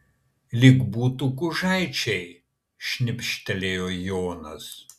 lyg būtų gužaičiai šnibžtelėjo jonas